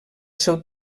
seu